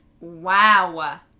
Wow